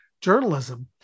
journalism